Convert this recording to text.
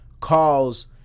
calls